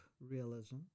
realism